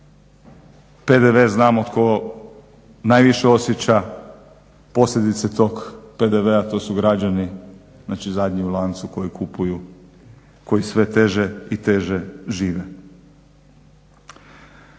PDV znamo tko najviše osjeća, posljedice tog PDV-a to su građani, znači zadnji u lancu koji kupuju, koji sve teže i teže žive.